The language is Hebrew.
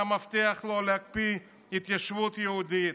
אתה מבטיח לו להקפיא התיישבות יהודית,